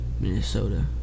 Minnesota